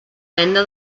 venda